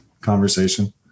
conversation